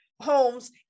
homes